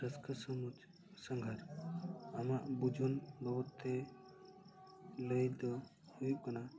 ᱨᱟᱹᱥᱠᱟᱹ ᱨᱚᱢᱚᱡᱽ ᱥᱟᱸᱜᱷᱟᱨ ᱟᱢᱟᱜ ᱵᱩᱡᱩᱱ ᱵᱟᱵᱚᱫ ᱛᱮ ᱞᱟᱹᱭ ᱫᱚ ᱦᱩᱭᱩᱜ ᱠᱟᱱᱟ